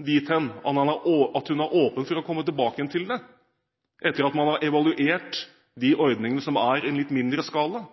at hun er åpen for å komme tilbake til dette etter at man har evaluert de ordningene som er i en litt mindre skala.